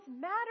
matter